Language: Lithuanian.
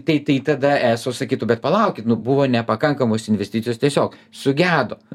tai tai tada eso sakytų bet palaukit nu buvo nepakankamos investicijos tiesiog sugedo